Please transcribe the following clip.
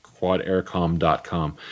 Quadaircom.com